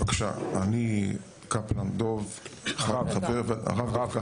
אני הרב דב קפלן מוועדת החמישה.